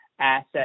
asset